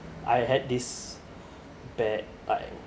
I had this bad vibe